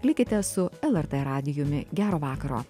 likite su lrt radijumi gero vakaro